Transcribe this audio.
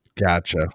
Gotcha